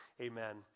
Amen